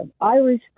Irish